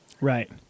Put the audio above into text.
right